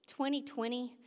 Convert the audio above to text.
2020